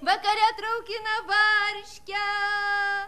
vakare traukina varškę